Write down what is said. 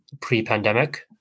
pre-pandemic